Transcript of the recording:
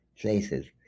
places